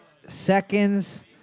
seconds